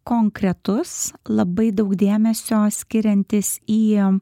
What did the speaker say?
konkretus labai daug dėmesio skiriantis į